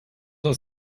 aus